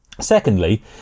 Secondly